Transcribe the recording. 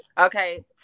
Okay